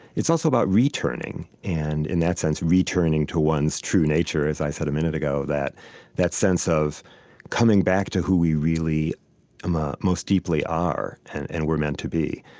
it's also about returning. and in that sense, returning to one's true nature. as i said a minute ago, that that sense of coming back to who we really um ah most deeply are and and were meant to be.